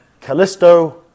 Callisto